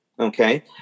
Okay